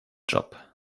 job